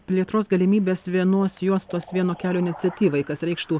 plėtros galimybes vienos juostos vieno kelio iniciatyvai kas reikštų